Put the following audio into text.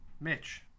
mitch